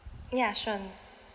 ya sure